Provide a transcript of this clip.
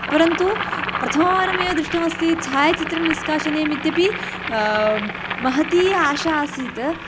परन्तु प्रथमवारमेव दृष्टमस्ति छायाचित्रं निष्कासनीयमित्यपि महती आशा आसीत्